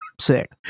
Sick